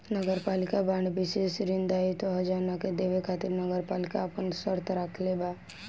नगरपालिका बांड विशेष ऋण दायित्व ह जवना के देवे खातिर नगरपालिका आपन शर्त राखले बा